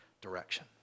direction